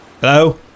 Hello